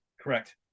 Correct